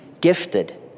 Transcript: gifted